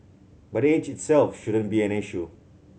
but age itself shouldn't be an issue